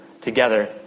together